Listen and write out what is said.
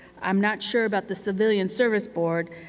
i'm not sure about the civilian service board,